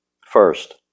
First